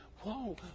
whoa